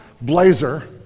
blazer